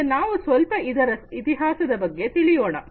ಮತ್ತೆ ನಾವು ಸ್ವಲ್ಪ ಇದರ ಇತಿಹಾಸದ ಬಗ್ಗೆ ತಿಳಿಯೋಣ